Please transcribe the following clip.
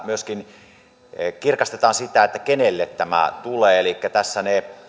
myöskin sitä kenelle tämä tulee elikkä tässä ne